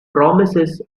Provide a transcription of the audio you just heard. promises